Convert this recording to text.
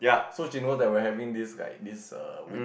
so she knows that we are having this like this err week